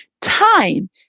time